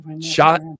shot